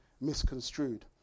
misconstrued